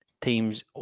teams